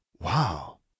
Wow